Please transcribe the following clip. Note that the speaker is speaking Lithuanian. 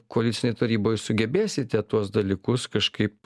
koalicinėj taryboj sugebėsite tuos dalykus kažkaip